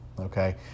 okay